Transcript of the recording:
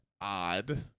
odd